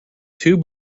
two